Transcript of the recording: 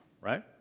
right